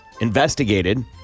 investigated